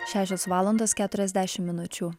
šešios valandos keturiasdešimt minučių